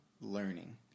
learning